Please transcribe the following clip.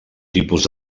tipus